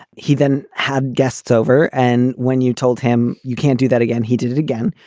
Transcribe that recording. he then had guests over. and when you told him you can't do that again, he did it again.